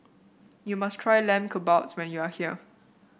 you must try Lamb Kebabs when you are here